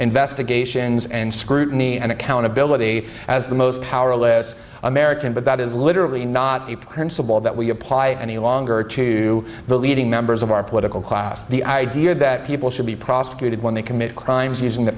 investigations and scrutiny and accountability as the most powerless american but that is literally not the principle that we apply any longer to the leading members of our political class the idea that people should be prosecuted when they commit crimes using th